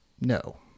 No